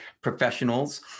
professionals